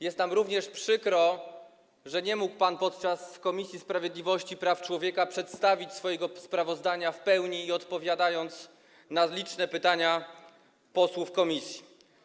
Jest nam również przykro, że nie mógł pan podczas posiedzenia Komisji Sprawiedliwości i Praw Człowieka przedstawić swojego sprawozdania w pełni i odpowiedzieć na liczne pytania posłów komisji.